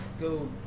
go